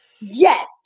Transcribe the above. Yes